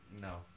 no